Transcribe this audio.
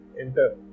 enter